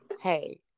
Hey